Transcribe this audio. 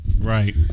Right